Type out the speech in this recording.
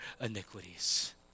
iniquities